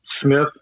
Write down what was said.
Smith